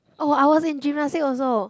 oh I was in gymnastics also